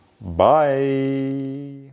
Bye